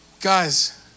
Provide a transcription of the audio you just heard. Guys